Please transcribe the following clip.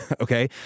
Okay